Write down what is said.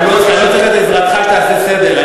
אני לא צריך את עזרתך שתעשה סדר,